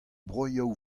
broioù